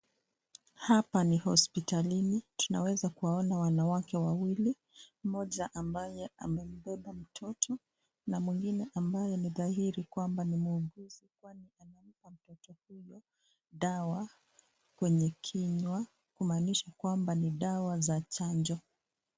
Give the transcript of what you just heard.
Hapa ni hospitalini tunaweza kuwaona wanawake wawili mmoja ambaye amebeba mtoto na mwingine ambaye anadairi kwamba ni mwuguzi kwani inamba mtoto huyo dawa kwenye kinywa kumanisha kwamba ni dawa za chanjo.